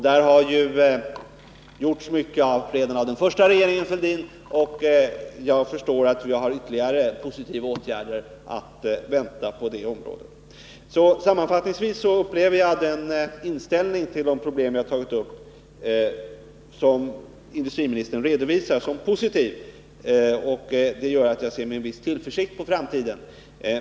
Där har ju redan gjorts mycket av den första regeringen Fälldin, och jag förstår att vi har ytterligare positiva åtgärder att vänta på det området. Sammanfattningsvis upplever jag att den inställning till problemen som jag har tagit upp och som industriministern redovisar som positiv gör att jag ser med en viss tillförsikt på framtiden.